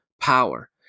power